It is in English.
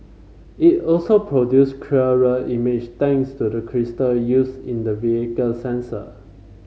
it also produce clearer image thanks to the crystal used in the vehicle's sensor